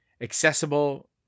accessible